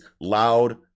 loud